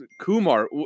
Kumar